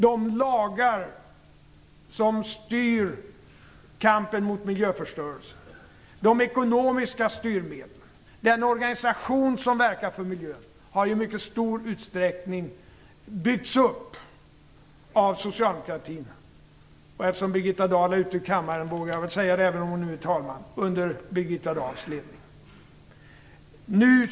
De lagar som styr kampen mot miljöförstörelse, de ekonomiska styrmedlen och den organisation som verkar för miljön har ju i mycket stor utsträckning byggts upp av socialdemokratin under - vågar jag väl säga, eftersom Birgitta Dahl inte finns i kammaren just nu, och även om hon nu är talman - Birgitta Dahls ledning.